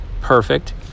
perfect